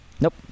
Nope